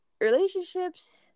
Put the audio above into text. relationships